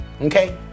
Okay